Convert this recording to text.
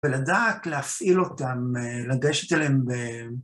ולדעת להפעיל אותם, לגשת אליהם ב...